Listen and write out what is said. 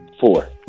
four